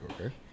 okay